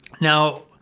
now